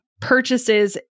purchases